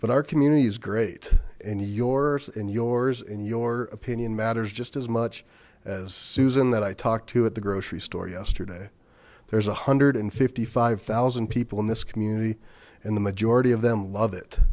but our community is great in yours and yours and your opinion matters just as much as susan that i talked to at the grocery store yesterday there's a hundred and fifty five thousand people in this community and the majority of them love it